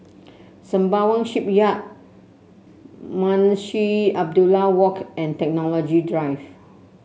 Sembawang Shipyard Munshi Abdullah Walk and Technology Drive